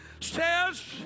says